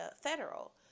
federal